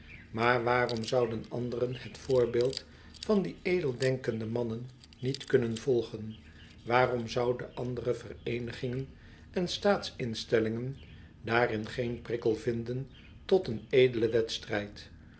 maar waarom zouden anderen het voorbeeid van die edel denkende mannen niet kunnen volgen waarom zouden andere vereenigingen en staats instellingen daarin geen prikkel vinden tot een edele wedstrh'd